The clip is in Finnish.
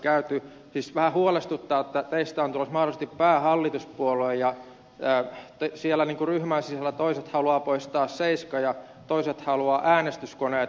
siis vähän huolestuttaa että teistä on tulossa mahdollisesti päähallituspuolue ja siellä ryhmän sisällä toiset haluavat poistaa seiskan ja toiset haluavat äänestyskoneet